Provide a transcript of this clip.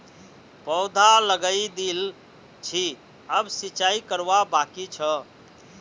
पौधा लगइ दिल छि अब सिंचाई करवा बाकी छ